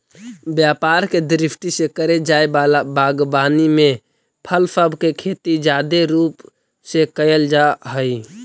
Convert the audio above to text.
व्यापार के दृष्टि से करे जाए वला बागवानी में फल सब के खेती जादे रूप से कयल जा हई